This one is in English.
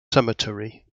cemetery